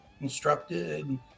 instructed